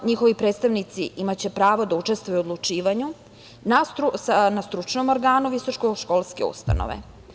Njihovi predstavnici imaće pravo da učestvuju u odlučivanju na stručnom organu visokoškolske ustanove.